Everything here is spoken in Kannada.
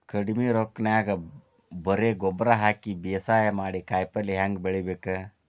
ಕಡಿಮಿ ರೊಕ್ಕನ್ಯಾಗ ಬರೇ ಗೊಬ್ಬರ ಹಾಕಿ ಬೇಸಾಯ ಮಾಡಿ, ಕಾಯಿಪಲ್ಯ ಹ್ಯಾಂಗ್ ಬೆಳಿಬೇಕ್?